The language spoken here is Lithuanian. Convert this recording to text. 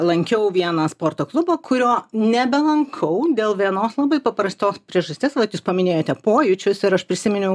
lankiau vieną sporto klubą kurio nebelankau dėl vienos labai paprastos priežasties vat jūs paminėjote pojūčius ir aš prisiminiau